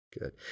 Good